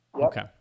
Okay